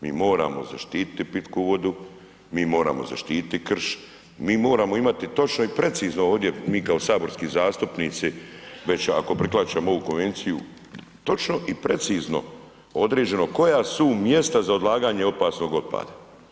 Mi moramo zaštiti pitku vodu, mi moramo zaštititi krš, mi moramo imati točno i precizno ovdje, mi kao saborski zastupnici već ako prihvaćamo ovu konvenciju, točno i precizno određeno koja su mjesta za odlaganje opasnog otpada.